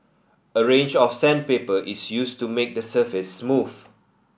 a range of sandpaper is used to make the surface smooth